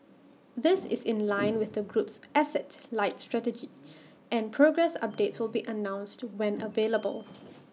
this is in line with the group's asset light strategy and progress updates will be announced when available